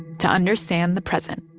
to understand the present